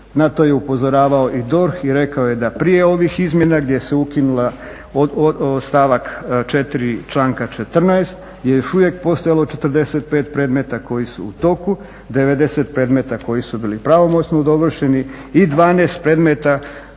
na to je upozoravao i DORH i rekao je da prije ovih izmjena gdje se ukinula, stavak 4. članka 14. je još uvijek postojalo 45 predmet koji su u toku, 90 predmeta koji su bili pravomoćno dovršeni i 12 predmeta